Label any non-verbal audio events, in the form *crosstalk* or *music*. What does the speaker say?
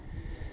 *breath*